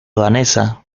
danesa